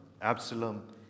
Absalom